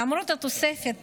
למרות התוספת